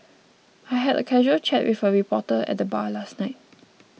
I had a casual chat with a reporter at the bar last night